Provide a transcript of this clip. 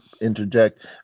interject